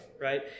right